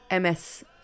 MS